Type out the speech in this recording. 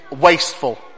wasteful